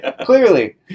clearly